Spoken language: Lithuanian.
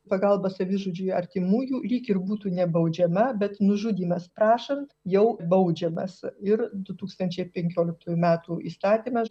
pagalba savižudžiui artimųjų lyg ir būtų nebaudžiama bet nužudymas prašant jau baudžiamas ir du tūkstančiai penkioliktųjų metų įstatymas dar